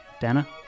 Dana